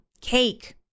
cake